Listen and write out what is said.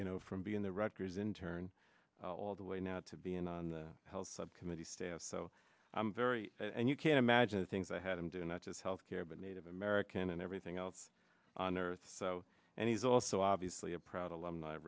you know from being the rector's in turn all the way now to being on the health subcommittee staff so i'm very and you can imagine the things i had him do not as health care but native american and everything else on earth and he's also obviously a proud alumni